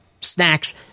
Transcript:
snacks